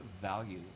value